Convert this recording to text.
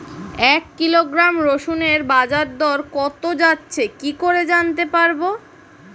এক কিলোগ্রাম রসুনের বাজার দর কত যাচ্ছে কি করে জানতে পারবো?